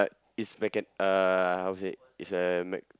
uh it's mechan~ uh how to say it's a mec~